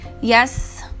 Yes